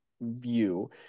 view